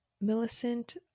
Millicent